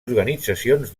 organitzacions